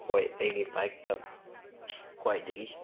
ꯍꯣꯏ ꯑꯩꯒꯤ ꯕꯥꯏꯛꯇ ꯈ꯭ꯋꯥꯏꯗꯒꯤ